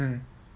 mm